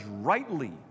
rightly